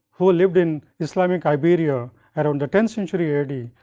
who lived in islamic iberia around the tenth century a d,